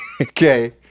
Okay